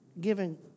giving